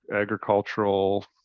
agricultural